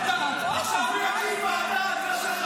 עכשיו הוא יקים ועדה.